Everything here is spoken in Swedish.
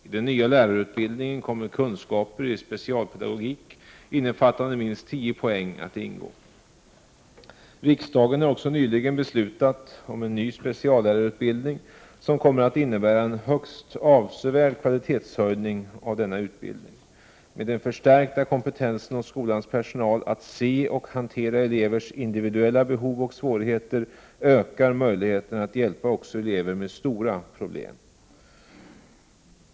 I den nya lärarutbildningen kommer kunskaper i specialpedagogik innefattande minst 10 poäng att ingå. Riksdagen har också nyligen beslutat om en ny speciallärarutbildning som kommer att innebära en högst avsevärd kvalitetshöjning av denna utbildning. Med den förstärkta kompetensen hos skolans personal att se och hantera elevers individuella behov och svårigheter ökar möjligheterna att hjälpa också elever med stora problem.